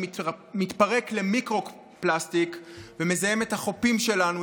שמתפרק למיקרו-פלסטיק ומזהם את החופים שלנו,